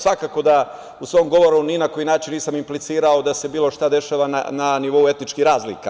Svakako da u svom govoru nisam implicirao da se bilo šta dešava na nivou etničkih razlika.